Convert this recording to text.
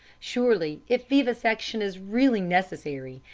surely if vivisection is really necessary,